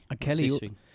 Kelly